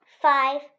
Five